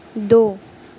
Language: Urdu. دو